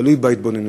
תלוי בהתבוננות.